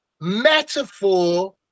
metaphor